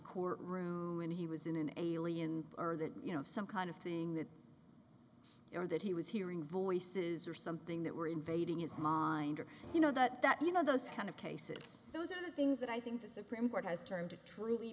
court room when he was in an alien or that you know some kind of thing that or that he was hearing voices or something that were invading his mom you know that that you know those kind of cases those are the things that i think the supreme court has turned to truly